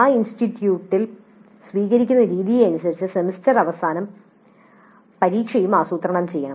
ആ ഇൻസ്റ്റിറ്റ്യൂട്ടിൽ സ്വീകരിക്കുന്ന രീതിയെ ആശ്രയിച്ച് സെമസ്റ്റർ അവസാന പരീക്ഷയും ആസൂത്രണം ചെയ്യണം